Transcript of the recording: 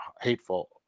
hateful